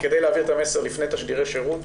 כדי להעיר את המסר לפני תשדירי שירות,